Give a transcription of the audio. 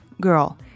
girl